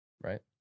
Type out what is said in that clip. right